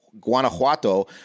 Guanajuato